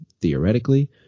theoretically